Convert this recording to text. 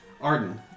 Arden